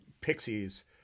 Pixies